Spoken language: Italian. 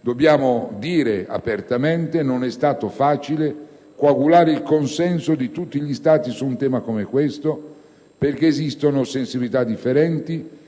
dobbiamo dire apertamente che non è stato facile coagulare il consenso di tutti gli Stati su un tema come questo, sul quale esistono sensibilità differenti,